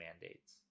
mandates